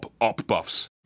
op-buffs